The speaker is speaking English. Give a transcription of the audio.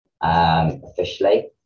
officially